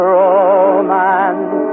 romance